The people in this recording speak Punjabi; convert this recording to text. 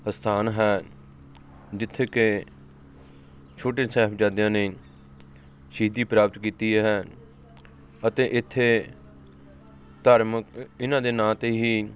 ਅਸਥਾਨ ਹੈ ਜਿੱਥੇ ਕਿ ਛੋਟੇ ਸਾਹਿਬਜ਼ਾਦਿਆਂ ਨੇ ਸ਼ਹੀਦੀ ਪ੍ਰਾਪਤ ਕੀਤੀ ਹੈ ਅਤੇ ਇੱਥੇ ਧਾਰਮਿਕ ਇਹਨਾਂ ਦੇ ਨਾਂ 'ਤੇ ਹੀ